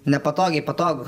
nepatogiai patogu